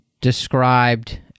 described